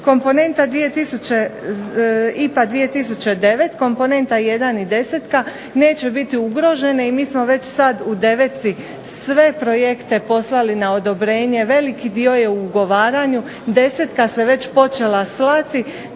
Komponenta IPA 2009. – Komponenta 1. i 10. neće biti ugrožene i mi smo već sad u 9. sve projekte poslali na odobrenje. Veliki dio je u ugovaranju. Desetka se već počela slati,